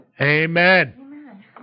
Amen